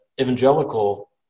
evangelical